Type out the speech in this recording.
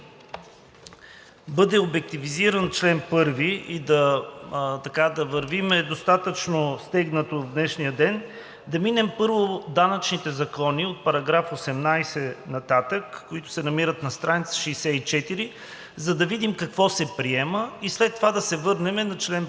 да бъде обективизиран чл. 1 и да вървим достатъчно стегнато в днешния ден, да минем първо данъчните закони от § 18 нататък, които се намират на страница 64, за да видим какво се приема и след това да се върнем на чл. 1.